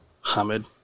Hamid